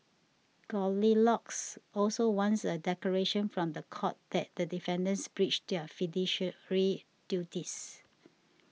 Goldilocks also wants a declaration from the court that the defendants breached their fiduciary duties